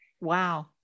Wow